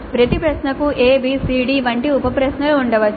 ప్రతి ప్రశ్నకు a b c d వంటి ఉప ప్రశ్నలు ఉండవచ్చు